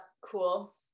cool